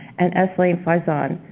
and s. lane faison.